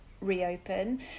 reopen